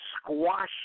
squash